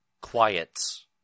quiets